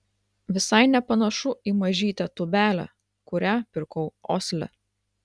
visai nepanašu į mažytę tūbelę kurią pirkau osle